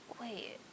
wait